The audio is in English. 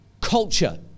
culture